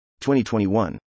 2021